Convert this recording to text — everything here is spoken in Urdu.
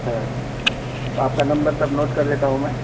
اچھا تو آپ کا نمبر تب نوٹ کر لیتا ہوں میں